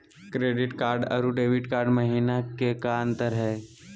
Credit card अरू debit card महिना का अंतर हई?